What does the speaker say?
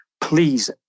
Please